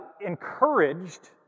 encouraged